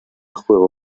juego